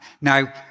Now